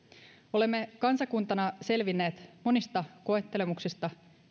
olemme kansakuntana selvinneet monista koettelemuksista